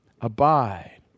abide